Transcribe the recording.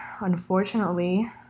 unfortunately